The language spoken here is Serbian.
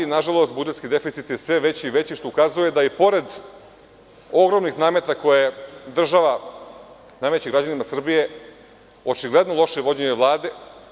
Nažalost, budžetski deficit je sve veći i veći, što ukazuje na, i pored ogromnih nameta koje država nameće građanima Srbije, očigledno loše vođenje Vlade.